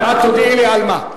את תודיעי לי על מה.